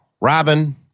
Robin